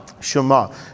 Shema